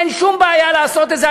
אין שום בעיה לעשות את זה.